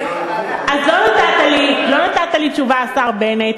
אז לא נתת לי תשובה, השר בנט.